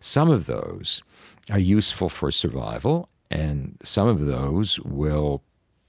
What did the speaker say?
some of those are useful for survival and some of those will